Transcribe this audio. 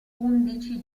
undici